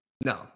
No